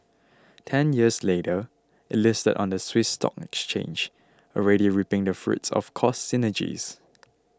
ten years later it listed on the Swiss stock exchange already reaping the fruits of cost synergies